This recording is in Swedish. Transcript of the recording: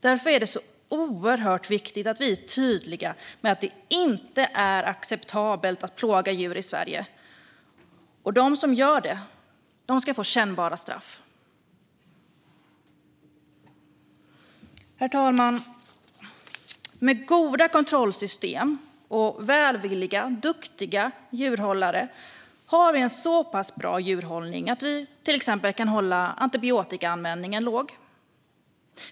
Därför är det oerhört viktigt att vi är tydliga med att det inte är acceptabelt att plåga djur i Sverige och att de som gör det ska få kännbara straff. Herr talman! Med goda kontrollsystem och välvilliga och duktiga djurhållare har vi en så pass bra djurhållning att vi till exempel kan hålla antibiotikaanvändningen låg.